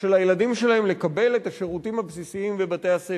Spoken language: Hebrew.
של הילדים שלהם לקבל את השירותים הבסיסיים בבתי-הספר,